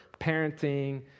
parenting